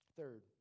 Third